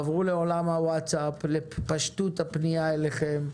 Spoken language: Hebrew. לעבור לעולם הוואטסאפ, לפשטות הפנייה אליכם.